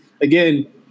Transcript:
Again